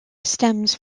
stems